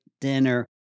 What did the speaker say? dinner